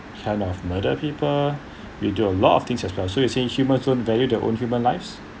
kind of murder people we do a lot of things as well so you're saying human don't value their own human lives